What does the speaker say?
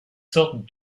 sortes